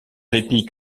répit